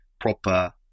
proper